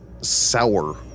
sour